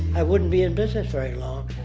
i wouldn't be in business very long.